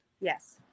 Yes